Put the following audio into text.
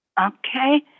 Okay